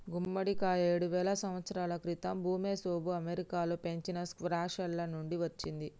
గుమ్మడికాయ ఏడువేల సంవత్సరాల క్రితం ఋమెసోఋ అమెరికాలో పెంచిన స్క్వాష్ల నుండి వచ్చింది